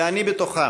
ואני בתוכם,